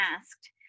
asked